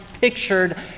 pictured